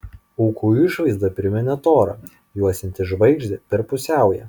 ūko išvaizda priminė torą juosiantį žvaigždę per pusiaują